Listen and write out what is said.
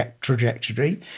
trajectory